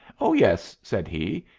oh, yes, said he.